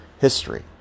history